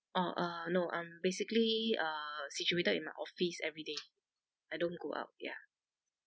orh uh no I'm basically uh situated in my office everyday I don't go out ya